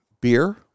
beer